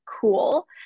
cool